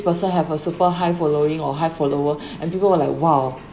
this person have a super high following or high follower and people will like !wow!